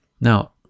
now